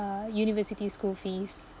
uh university school fees